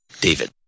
David